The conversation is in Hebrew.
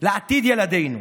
לעתיד ילדינו.